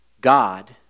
God